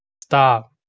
Stop